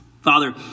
Father